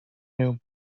knew